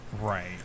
Right